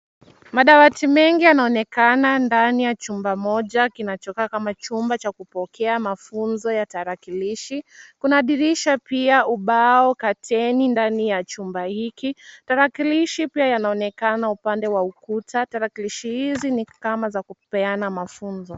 Madawati mengi yanaonekana ndani ya chumba moja kinachokaa kama chumba cha kupokea mafunzo ya tarakilishi, kuna ndirisha pia ubao, curtain ndani ya chumba hiki, tarakilishi pia zinaonekana upande wa ukuta, tarakilishi hizi ni kama za kupeana mafunzo.